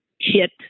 hit